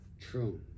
True